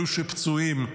אלו שפצועים,